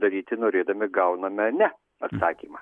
daryti norėdami gauname ne atsakymą